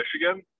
michigan